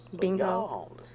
Bingo